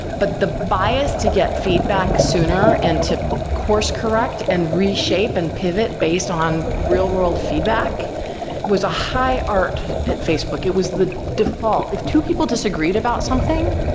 but the bias to get feedback sooner and to course-correct and reshape and pivot based on real world feedback was a high art at facebook. it was the default. if two people disagreed about something,